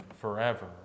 forever